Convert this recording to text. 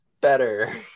better